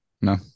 No